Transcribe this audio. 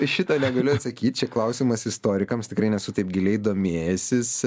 šito negaliu atsakyt čia klausimas istorikams tikrai nesu taip giliai domėjęsis